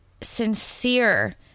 sincere